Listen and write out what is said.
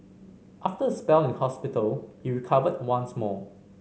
after a spell in hospital he recovered once more